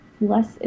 less